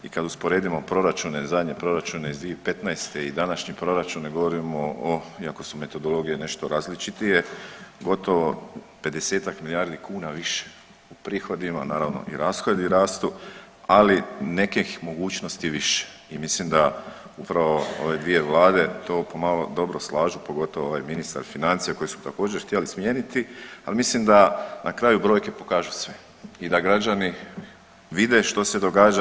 I kad usporedimo proračune, zadnje proračune iz 2015. i današnje proračune govorimo o iako su metodologije nešto različitije gotovo 50-ak milijardi kuna više u prihodima, naravno i rashodi rastu, ali nekih mogućnosti više i mislim da upravo ove dvije vlade to pomalo dobro slažu, pogotovo ovaj ministar financija kojeg su također htjeli smijeniti, ali mislim da na kraju brojke pokažu sve i da građani vide što se događa.